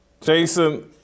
Jason